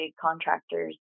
contractors